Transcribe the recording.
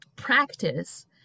practice